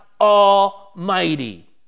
Almighty